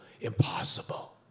impossible